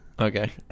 Okay